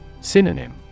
Synonym